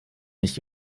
nicht